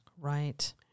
Right